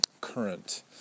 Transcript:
Current